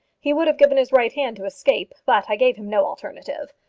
he would have given his right hand to escape. but i gave him no alternative.